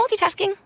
multitasking